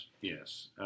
Yes